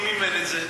מי מימן את זה?